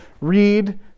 read